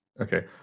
Okay